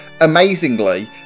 amazingly